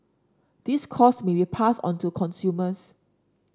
these costs may be passed on to consumers